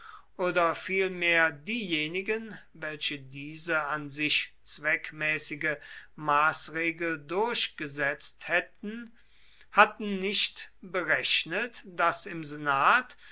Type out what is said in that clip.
oder vielmehr diejenigen welche diese an sich zweckmäßige maßregel durchgesetzt hätten hatten nicht berechnet daß im senat